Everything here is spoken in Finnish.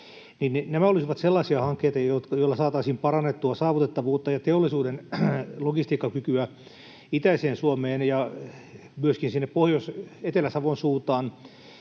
nämä olisivat sellaisia hankkeita, joilla saataisiin parannettua saavutettavuutta ja teollisuuden logistiikkakykyä itäiseen Suomeen ja myöskin sinne Pohjois- ja Etelä-Savon suuntaan,